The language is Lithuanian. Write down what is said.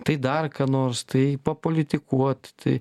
tai dar ką nors tai papolitikuot tai